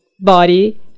body